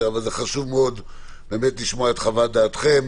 אבל חשוב מאוד לשמוע את חוות דעתכם,